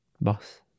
boss